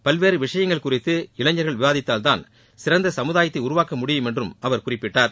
பல்வேறு விஷயங்கள் குறித்து இளைஞர்கள் விவாதித்தால்தான் சிறந்த சமுதாயத்தை உருவாக்க முடியும் என்றும் அவர் குறிப்பிட்டார்